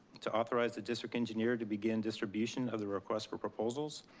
to authorize the district engineer to begin distribution of the request for proposals,